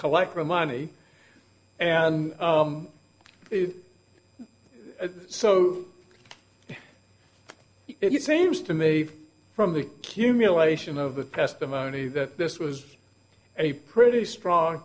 collect the money and so it seems to me from the cumulation of the testimony that this was a pretty strong